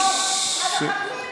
לא אשתוק.